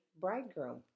bridegroom